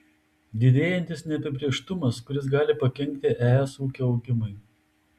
didėjantis neapibrėžtumas kuris gali pakenkti es ūkio augimui